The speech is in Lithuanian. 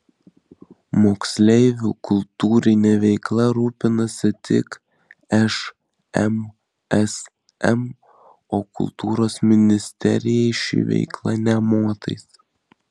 moksleivių kultūrine veikla rūpinasi tik šmsm o kultūros ministerijai ši veikla nė motais